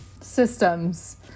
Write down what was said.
systems